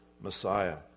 Messiah